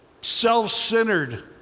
self-centered